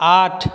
आठ